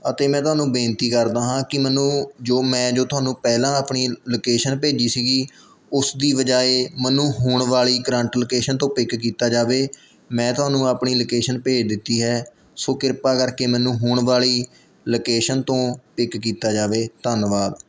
ਅਤੇ ਮੈਂ ਤੁਹਾਨੂੰ ਬੇਨਤੀ ਕਰਦਾ ਹਾਂ ਕਿ ਮੈਨੂੰ ਜੋ ਮੈਂ ਜੋ ਤੁਹਾਨੂੰ ਪਹਿਲਾਂ ਆਪਣੀ ਲੋਕੇਸ਼ਨ ਭੇਜੀ ਸੀ ਉਸ ਦੀ ਬਜਾਏ ਮੈਨੂੰ ਹੁਣ ਵਾਲ਼ੀ ਕਰੰਟ ਲੋਕੇਸ਼ਨ ਤੋਂ ਪਿੱਕ ਕੀਤਾ ਜਾਵੇ ਮੈਂ ਤੁਹਾਨੂੰ ਆਪਣੀ ਲੋਕੇਸ਼ਨ ਭੇਜ ਦਿੱਤੀ ਹੈ ਸੋ ਕਿਰਪਾ ਕਰਕੇ ਮੈਨੂੰ ਹੁਣ ਵਾਲੀ ਲੋਕੇਸ਼ਨ ਤੋਂ ਪਿੱਕ ਕੀਤਾ ਜਾਵੇ ਧੰਨਵਾਦ